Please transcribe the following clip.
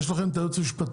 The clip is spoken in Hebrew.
יש לכם את היועץ המשפטי.